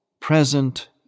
present